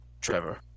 trevor